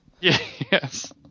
Yes